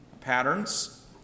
patterns